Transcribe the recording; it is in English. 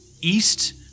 east